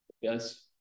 yes